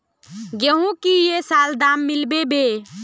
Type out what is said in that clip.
गेंहू की ये साल दाम मिलबे बे?